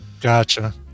gotcha